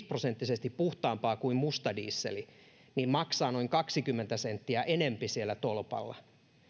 prosenttisesti puhtaampaa kuin musta diesel maksaa noin kaksikymmentä senttiä enempi siellä tolpalla